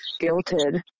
guilted